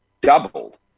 doubled